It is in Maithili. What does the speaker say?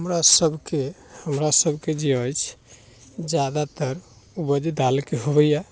हमरासबके हमरासबके जे अछि ज्यादातर उपज दालिके होइए